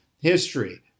History